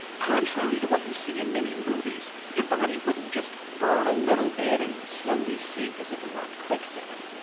contrary to what you see in many movies, your body wouldn't just burn a little bit and slowly sink as if it were in quicksand.